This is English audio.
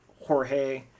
Jorge